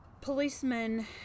Policemen